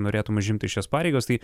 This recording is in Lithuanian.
norėtum užimti šias pareigas tai